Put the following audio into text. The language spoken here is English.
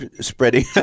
spreading